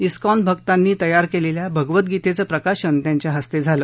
ISKCON भक्तांनी तयार केलेल्या भगवद्गीतेचं प्रकाशन त्यांच्या हस्ते झालं